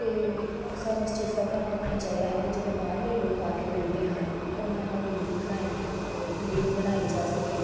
ਅਤੇ ਸਾਨੂੰ ਇਸ ਚੀਜ਼ ਦਾ ਧਿਆਨ ਰੱਖਣਾ ਚਾਹੀਦਾ ਹੈ ਕਿ ਜਿਹੜੇ ਬਾਹਰਲੇ ਲੋਕ ਆ ਕੇ ਮਿਲਦੇ ਹਨ ਉਹਨਾਂ ਨਾਲ ਦੂਰੀ ਬਣਾਈ ਦੂਰੀ ਬਣਾਈ ਜਾ ਸਕੇ